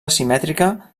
simètrica